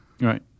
Right